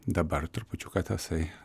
dabar trupučiuką tasai